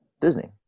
Disney